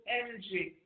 energy